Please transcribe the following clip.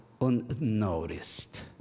unnoticed